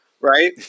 right